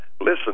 listen